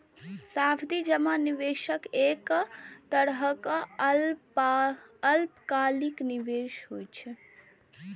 सावधि जमा निवेशक एक तरहक अल्पकालिक निवेश होइ छै